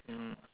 mm